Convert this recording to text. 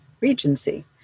Regency